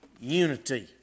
unity